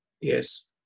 Yes